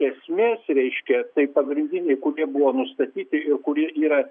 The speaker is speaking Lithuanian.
esmės reiškia tai pagrindiniai kokie buvo nustatyti kurie yra